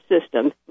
system